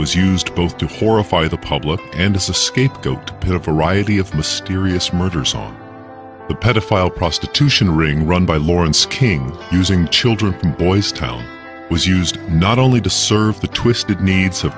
was used both to horrify the public and as a scapegoat peer variety of mysterious murders on the pedophile prostitution ring run by lawrence king using children from boys town was used not only to serve the twisted needs of